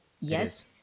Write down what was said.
Yes